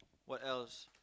what else